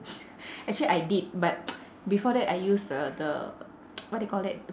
actually I did but before that I use the the what do you call that